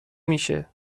میشه